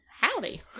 howdy